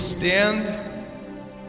Stand